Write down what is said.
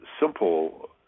simple